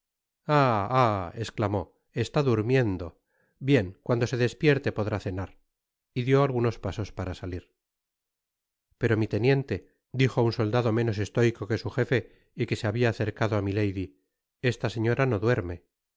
esctamó está durmiendo bien cuando sedispierte podrá cenar y dió algunos pasos para salir pero mi teniente dijo un soldado menos estóico que su jefe y que se habia acercado á milady esta señora no duerme